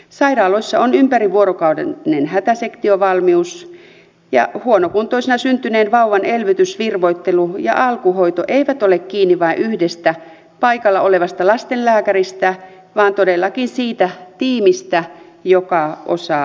sairaaloissa on ympäri vuorokauden hätäsektiovalmius ja huonokuntoisena syntyneen vauvan elvytys virvoittelu ja alkuhoito eivät ole kiinni vain yhdestä paikalla olevasta lastenlääkäristä vaan todellakin siitä tiimistä joka osaa asiansa